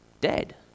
Dead